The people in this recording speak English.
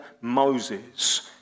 Moses